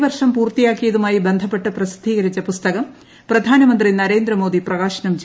വർഷം പൂർത്തിയാക്കിയതുമായി ബന്ധപ്പെട്ട് പ്രസിദ്ധീകരിച്ച പുസ്തകം പ്രധാനമന്ത്രി നരേന്ദ്രമോദി പ്രകാശനം ചെയ്തു